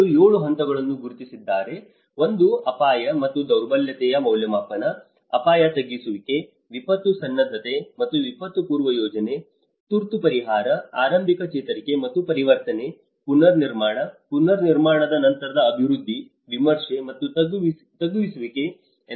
ಅವರು 7 ಹಂತಗಳನ್ನು ಗುರುತಿಸಿದ್ದಾರೆ ಒಂದು ಅಪಾಯ ಮತ್ತು ದುರ್ಬಲತೆಯ ಮೌಲ್ಯಮಾಪನ ಅಪಾಯ ತಗ್ಗಿಸುವಿಕೆ ವಿಪತ್ತು ಸನ್ನದ್ಧತೆ ಮತ್ತು ವಿಪತ್ತು ಪೂರ್ವ ಯೋಜನೆ ತುರ್ತು ಪರಿಹಾರ ಆರಂಭಿಕ ಚೇತರಿಕೆ ಮತ್ತು ಪರಿವರ್ತನೆ ಪುನರ್ನಿರ್ಮಾಣ ಪುನರ್ನಿರ್ಮಾಣದ ನಂತರದ ಅಭಿವೃದ್ಧಿ ವಿಮರ್ಶೆ ಮತ್ತು ತಗ್ಗಿಸುವಿಕೆ ಎಂದು ಗುರುತಿಸಿದ್ದಾರೆ